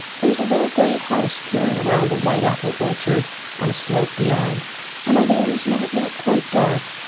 there was a little gray house peering around a white apple orchard on a slope beyond and, although it was not yet quite dark,